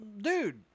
dude